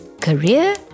career